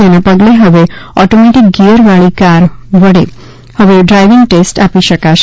જેના પગલે હવે ઓટોમેટિક ગિયરવાળી કાર વડે હવે ડ્રાઇવિંગ ટેસ્ટ આપી શકાશે